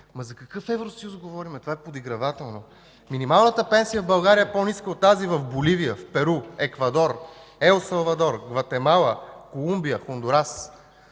За какъв Евросъюз говорим? Това е подигравателно. Минималната пенсия в България е по-ниска от тази в Боливия, в Перу, Еквадор, Ел Салвадор, Гватемала, Колумбия, Хондурас,